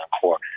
core